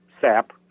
SAP